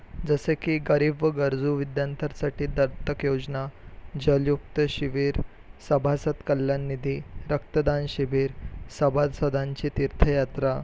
जसे की गरीब व गरजू विद्यार्थ्यांसाठी दत्तक योजना जलयुक्त शिबीर सभासद कल्याण निधी रक्तदान शिबीर सभासदांचे तीर्थयात्रा